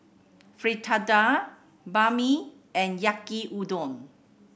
Fritada Banh Mi and Yaki Udon